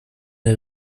der